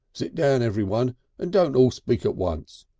sit down everyone and don't all speak at once.